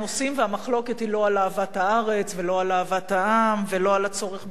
והמחלוקת היא לא על אהבת הארץ ולא על אהבת העם ולא על הצורך בחזרה